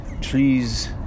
trees